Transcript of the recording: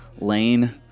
Lane